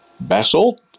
basalt